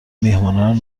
میهمانان